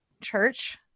church